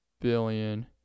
billion